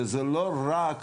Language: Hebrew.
וזו לא רק